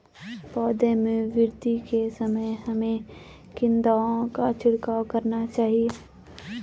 पौधों में वृद्धि के समय हमें किन दावों का छिड़काव करना चाहिए?